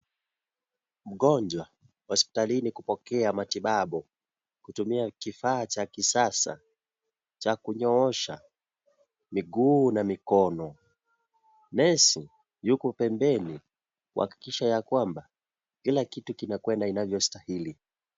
Mgonjwa hospitalini kupokea matibabu kutumia kifaa cha kisasa, cha kunyoosha miguu na mikono. Nesi yuko pembeni, kuhakikisha ya kwamba, kila kitu kinakwenda inavyostahili.